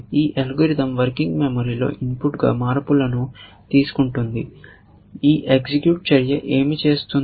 ఈ algorithm working మెమరీలో ఇన్పుట్గా మార్పులను తీసుకుంటుంది ఈ ఎగ్జిక్యూట్ చర్య ఏమి చేస్తుంది